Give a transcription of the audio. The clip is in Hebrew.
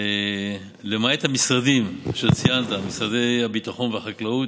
למעט המשרדים שציינת, משרדי הביטחון והחקלאות,